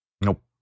Nope